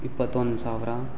ಇಪ್ಪತ್ತೊಂದು ಸಾವಿರ